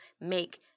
make